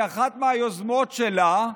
היא אחת מהיוזמות שלה,